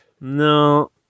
No